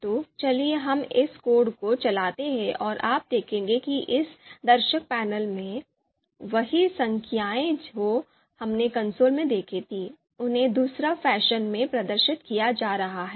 तो चलिए हम इस कोड को चलाते हैं और आप देखेंगे कि इस दर्शक पैनल में वही संख्याएँ जो हमने कंसोल में देखी थीं उन्हें दूसरे फैशन में प्रदर्शित किया जा रहा है